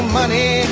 money